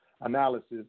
analysis